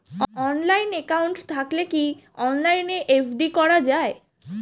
Online account থাকলে কি অনলাইনে এফ.ডি করা যায়?